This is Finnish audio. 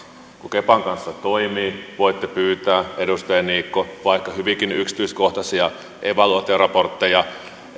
kun kepan kanssa toimii voitte pyytää edustaja niikko vaikka hyvinkin yksityiskohtaisia evaluaatioraportteja